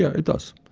yeah it does.